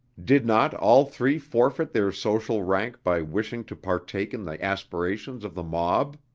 did not all three forfeit their social rank by wishing to partake in the aspirations of the mob?